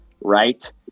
right